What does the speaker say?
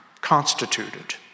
constituted